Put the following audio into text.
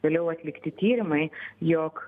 vėliau atlikti tyrimai jog